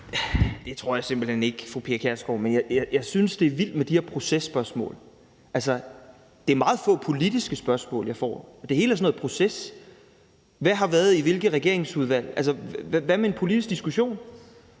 Det tror jeg simpelt hen ikke, fru Pia Kjærsgaard, men jeg synes, det er vildt med de her processpørgsmål. Altså, det er meget få politiske spørgsmål, jeg får – det hele er sådan noget proces. Hvad har været i hvilke regeringsudvalg? Altså, hvad med en politisk diskussion?